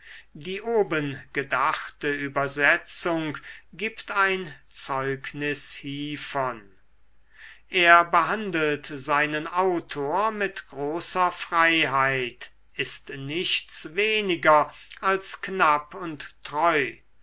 die obengedachte übersetzung gibt ein zeugnis hievon er behandelt seinen autor mit großer freiheit ist nichts weniger als knapp und treu